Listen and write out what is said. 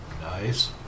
Nice